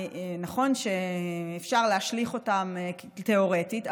נכון שאפשר להשליך אותם תיאורטית,